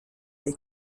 dei